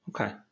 Okay